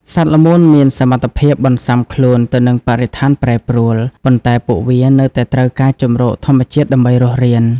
សត្វល្មូនមានសមត្ថភាពបន្សាំខ្លួនទៅនឹងបរិស្ថានប្រែប្រួល ប៉ុន្តែពួកវានៅតែត្រូវការជម្រកធម្មជាតិដើម្បីរស់រាន។